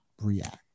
react